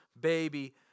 baby